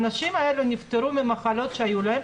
האנשים האלה נפטרו ממחלות שהיו להם,